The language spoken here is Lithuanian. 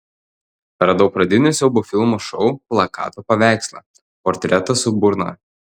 radau pradinio siaubo filmo šou plakato paveikslą portretą su burna